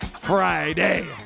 Friday